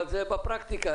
זה בפרקטיקה.